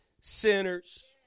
sinners